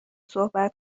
صحبت